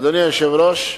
אדוני היושב-ראש,